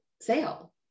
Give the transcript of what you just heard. sale